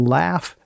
laugh